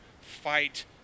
fight